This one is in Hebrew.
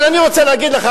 אבל אני רוצה להגיד לך,